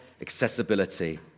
accessibility